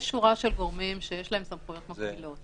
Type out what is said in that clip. יש שורה של גורמים שיש להם סמכויות מקבילות.